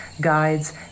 Guides